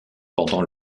pendant